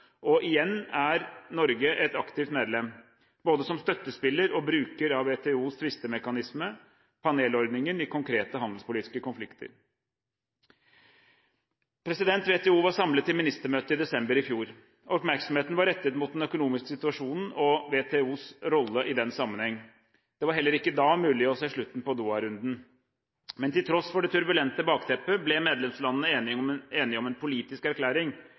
måte. Igjen er Norge et aktivt medlem, både som støttespiller og som bruker av WTOs tvistemekanismer – panelordningen – i konkrete handelspolitiske konflikter. WTO var samlet til ministermøte i desember i fjor. Oppmerksomheten var rettet mot den økonomiske situasjonen og WTOs rolle i den sammenheng. Det var heller ikke da mulig å se slutten på Doha-runden. Men til tross for det turbulente bakteppet ble medlemslandene enige om en politisk erklæring.